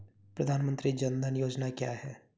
प्रधानमंत्री जन धन योजना क्या है?